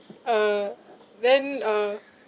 uh then uh